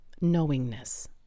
knowingness